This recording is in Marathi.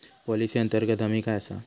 पॉलिसी अंतर्गत हमी काय आसा?